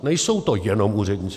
Nejsou to jenom úředníci.